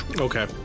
Okay